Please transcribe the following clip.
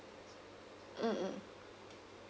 mm mm mm